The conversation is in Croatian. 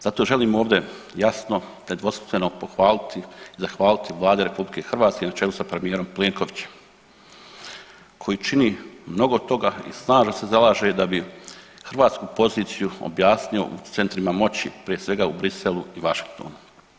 Zato želim ovdje jasno, nedvosmisleno pohvaliti, zahvaliti Vladi Republike Hrvatske na čelu sa premijerom Plenkovićem koji čini mnogo toga i snažno se zalaže da bi hrvatsku poziciju objasnio u centrima moći prije svega u Bruxellesu i Washingtonu.